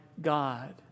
God